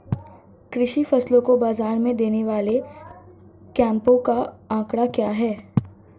कृषि फसलों को बाज़ार में देने वाले कैंपों का आंकड़ा क्या है?